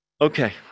Okay